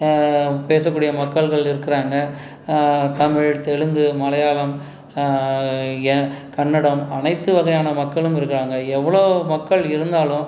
பேசக்கூடிய மக்கள்கள் இருக்கிறாங்க தமிழ் தெலுங்கு மலையாளம் ஏன் கன்னடம் அனைத்து வகையான மக்களும் இருக்கிறாங்க எவ்வளோ மக்கள் இருந்தாலும்